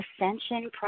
ascension